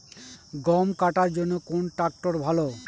গম কাটার জন্যে কোন ট্র্যাক্টর ভালো?